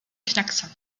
knackser